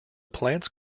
plants